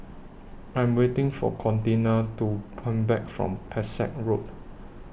I Am waiting For Contina to Come Back from Pesek Road